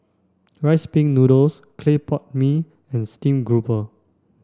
rice pin noodles clay pot mee and stream grouper